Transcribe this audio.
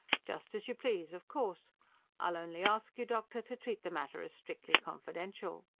just as you please, of course i'll only ask you, doctor, to treat the matter as strictly confidential.